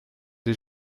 des